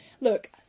Look